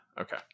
Okay